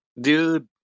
Dude